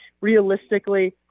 realistically